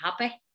happy